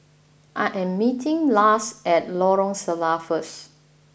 I am meeting Lars at Lorong Salleh first